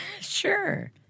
Sure